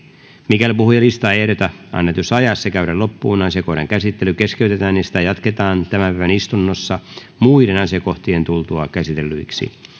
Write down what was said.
mikäli puhujalistaa ei ehditä annetussa ajassa käydä loppuun asiakohdan käsittely keskeytetään ja sitä jatketaan tämän päivän istunnossa muiden asiakohtien tultua käsitellyiksi